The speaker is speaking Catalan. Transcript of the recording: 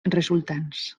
resultants